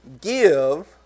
give